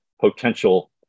potential